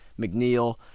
McNeil